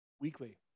weekly